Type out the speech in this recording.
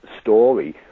story